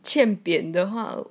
欠扁的话